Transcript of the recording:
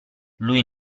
lui